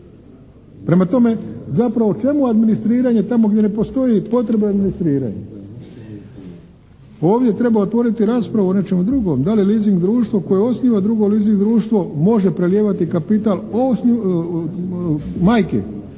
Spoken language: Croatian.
Prema tome, zapravo čemu administriranje tamo gdje ne postoji potreba administriranja. Ovdje treba otvoriti raspravu o nečemu drugom, da li leasing društvo koje osniva drugo leasing društvo može prelijevati kapital majke